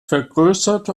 vergrößert